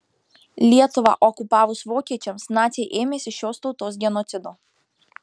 lietuvą okupavus vokiečiams naciai ėmėsi šios tautos genocido